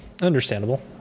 Understandable